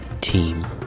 team